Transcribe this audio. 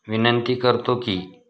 विनंती करतो की